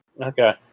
Okay